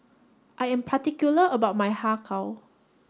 I am particular about my Har Kow